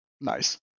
Nice